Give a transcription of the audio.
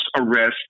arrest